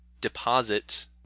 deposit